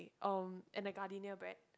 um and the Gardenia bread